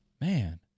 Man